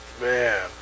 Man